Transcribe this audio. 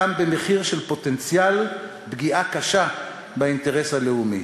גם במחיר של פוטנציאל פגיעה קשה באינטרס הלאומי.